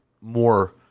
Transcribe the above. more